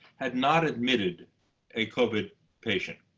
had not admitted a covid patient.